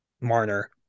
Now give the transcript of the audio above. Marner